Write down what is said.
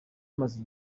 amaze